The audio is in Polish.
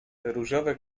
różowe